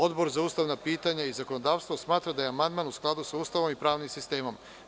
Odbor za ustavna pitanja i zakonodavstvo smatra da je amandman u skladu sa Ustavom i pravnim sistemom.